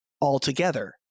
altogether